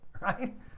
right